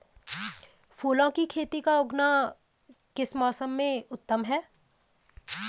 फूलों की खेती का किस मौसम में उगना उत्तम है?